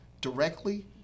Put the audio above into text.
Directly